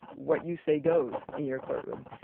what you say goes in your courtroom.